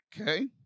Okay